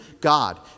God